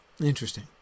Interesting